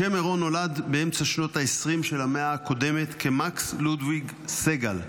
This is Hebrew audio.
משה מרון נולד באמצע שנות העשרים של המאה הקודמת כמקס לודוויג סגל,